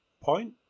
point